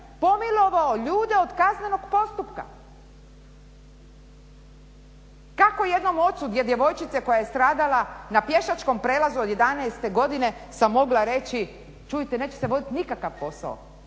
pomilovao ljude od kaznenog postupka. Kako jednom ocu djevojčice koja je stradala na pješačkom prijelazu od 11 godina sam mogla reći čujte neće se voditi nikakav posao.